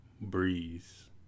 breeze